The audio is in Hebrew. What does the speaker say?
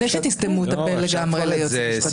לפני שתסתמו לגמרי את הפה ליועץ משפטי.